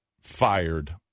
fired